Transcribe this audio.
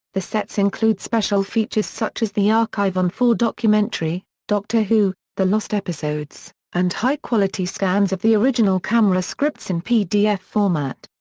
the sets include special features such as the archive on four documentary, doctor who the lost episodes and high-quality scans of the original camera scripts in pdf format.